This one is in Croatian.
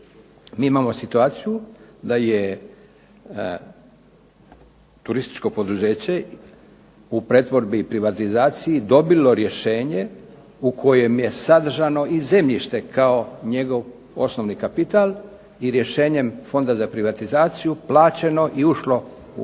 mi imamo situaciju da je turističko poduzeće u pretvorbi i privatizaciji dobilo rješenje u kojem je sadržano i zemljište kao njegov osnovni kapital i rješenjem Fonda za privatizaciju plaćeno i ušlo u pretvorbu